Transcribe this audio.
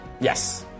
Yes